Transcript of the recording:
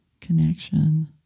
connection